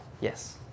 Yes